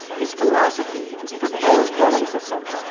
his philosophy, his proposed building system,